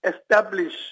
establish